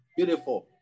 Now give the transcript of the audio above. Beautiful